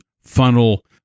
funnel